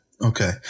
Okay